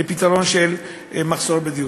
בפתרון של המחסור בדיור.